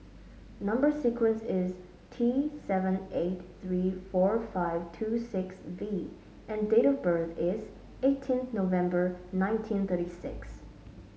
number sequence is T seven eight three four five two six V and date of birth is eighteen November nineteen thirty six